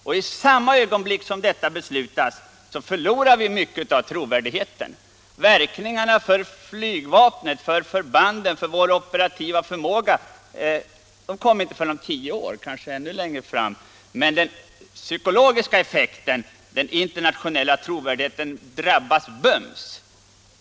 I samma ögonblick som detta beslutas förlorar vi mycket av trovärdigheten. Verkningarna för flygvapnet, för förbanden och för vår operativa förmåga kommer inte förrän om tio år, kanske ännu längre fram i tiden, men den psykologiska effekten är omedelbar, den internationella trovärdigheten drabbas bums.